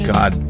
God